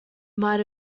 might